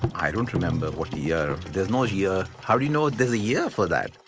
i don't remember what yeah there's no year. how do you know there's a year for that?